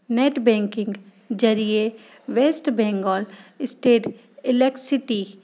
net banking जरिये West Bengal state इलेक्सिटी